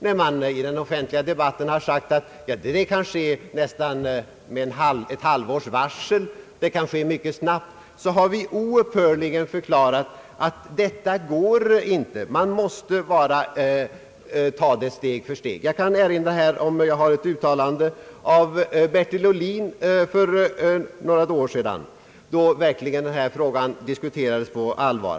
När man i den offentliga debatten har sagt, att det kan ske mycket snabbt, kanske med ett halvårs varsel, har vi oupphörligen förklarat, att detta inte går, utan att man måste ta det steg för steg. Jag kan erinra om ett uttalande av Bertil Ohlin för något år sedan, då denna fråga diskuterades på allvar.